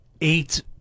eight